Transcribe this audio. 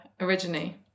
originally